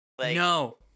No